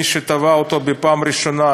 מי שטבע אותו בפעם ראשונה,